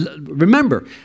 Remember